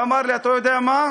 והוא אמר לי: אתה יודע מה?